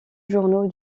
journaux